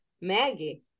Maggie